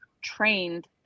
trained